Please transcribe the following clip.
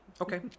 Okay